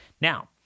Now